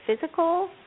physical